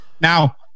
Now